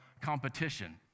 competition